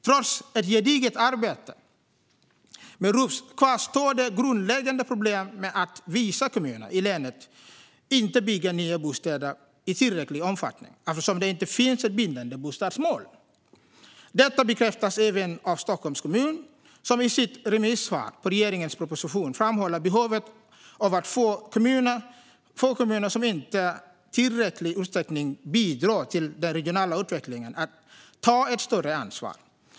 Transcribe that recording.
Trots ett gediget arbete med RUFS kvarstår det grundläggande problemet att vissa kommuner i länet inte bygger nya bostäder i tillräcklig omfattning, eftersom det inte finns ett bindande bostadsmål. Detta bekräftas även av Stockholms kommun, som i sitt remisssvar på regeringens proposition framhåller behovet av att få kommuner som inte i tillräcklig utsträckning bidrar till den regionala utvecklingen att ta ett större ansvar.